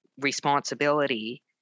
responsibility